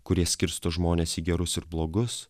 kurie skirsto žmones į gerus ir blogus